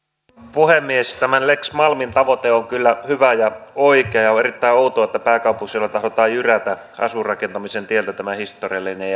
puhemies tämän lex malmin tavoite on kyllä hyvä ja oikea ja on erittäin outoa että pääkaupunkiseudulla tahdotaan jyrätä asuinrakentamisen tieltä tämä historiallinen